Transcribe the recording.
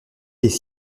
des